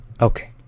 Okay